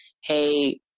hey